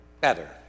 better